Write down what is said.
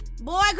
Boy